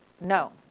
No